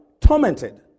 tormented